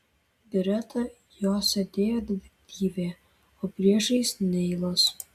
greta jo sėdėjo detektyvė o priešais neilas